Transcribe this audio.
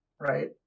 right